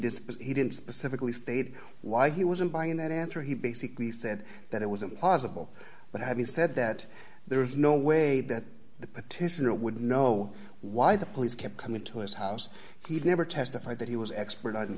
did he didn't specifically state why he wasn't buying that answer he basically said that it was impossible but having said that there was no way that the petitioner would know why the police kept coming to his house he'd never testified that he was expert on